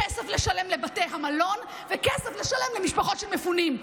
כסף לשלם לבתי המלון וכסף לשלם למשפחות של מפונים.